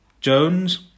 Jones